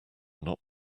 not